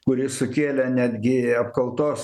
kuris sukėlė netgi apkaltos